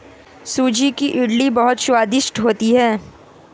सूजी की इडली बहुत स्वादिष्ट होती है